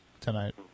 tonight